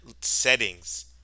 settings